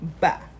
Bye